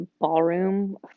ballroom